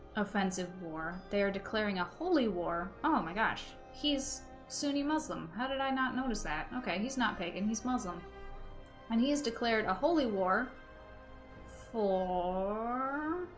offensive war they are declaring a holy war oh my gosh he's sunni muslim how did i not notice that okay he's not pagan he's muslim and he has declared a holy war for